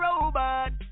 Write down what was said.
robot